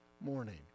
morning